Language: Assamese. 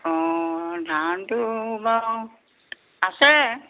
অঁ ধানটো বাৰু আছে